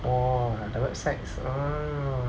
!wah! the websites ah